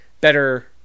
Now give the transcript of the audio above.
better